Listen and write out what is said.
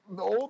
no